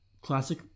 classic